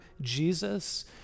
Jesus